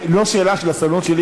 זה לא שאלה של הסבלנות שלי,